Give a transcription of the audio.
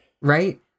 right